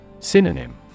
Synonym